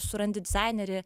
surandi dizainerį